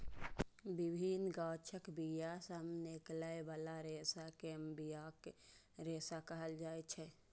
विभिन्न गाछक बिया सं निकलै बला रेशा कें बियाक रेशा कहल जाइ छै